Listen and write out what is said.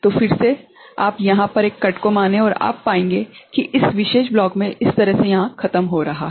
तो फिर से आप यहाँ पर एक कट को माने और आप पाएंगे कि यह इस विशेष ब्लॉक में इस तरह से यहाँ खत्म हो रहा है